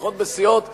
לפחות בסיעות בל"ד,